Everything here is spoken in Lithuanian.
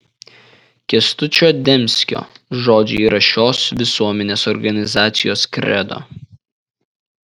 kęstučio demskio žodžiai yra šios visuomeninės organizacijos kredo